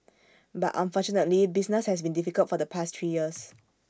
but unfortunately business has been difficult for the past three years